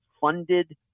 funded